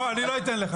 לא, אני לא אתן לך.